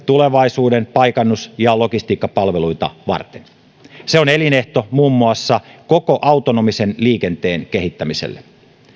tulevaisuuden paikannus ja logistiikkapalveluita varten se on elinehto muun muassa koko autonomisen liikenteen kehittämiselle